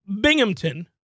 Binghamton